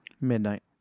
midnight